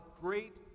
great